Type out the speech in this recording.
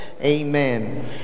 Amen